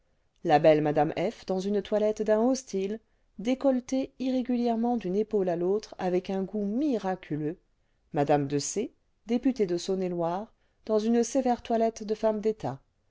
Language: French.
la belle mm f dans une toilette d'un haut style décolletée irrégulièrement d'une épaule à l'autre avec un goût miraculeux mme de c députée de saône et loire dans une sévère toilette cle femme d'état